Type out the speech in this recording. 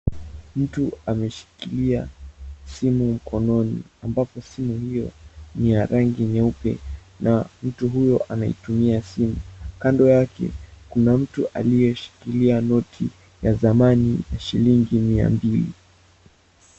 Mtu ameshikilia simu mkononi ambapo simu hiyo ni ya rangi nyeupe na mtu huyo anaitumia simu kando yake kuna mtu aliyeshikilia noti ya zamani ya shilingi mia mbili.